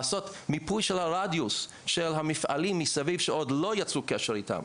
לעשות מיפוי של הרדיוס של המפעלים מסביב שעוד לא יצרו קשר איתם,